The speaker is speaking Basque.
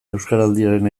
euskaraldiaren